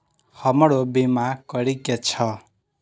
हमरो बीमा करीके छः?